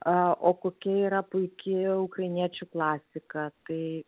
a o kokia yra puiki ukrainiečių klasika tai